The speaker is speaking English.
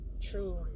True